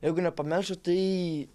jeigu nepamelšiu tai